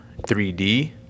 3D